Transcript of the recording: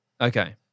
Okay